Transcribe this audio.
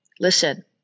listen